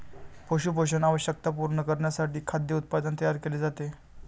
पशु पोषण आवश्यकता पूर्ण करण्यासाठी खाद्य उत्पादन तयार केले जाते